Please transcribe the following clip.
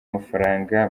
amafaranga